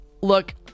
look